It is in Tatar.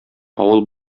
авыл